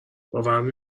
باورم